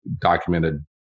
documented